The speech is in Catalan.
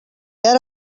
ara